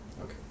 Okay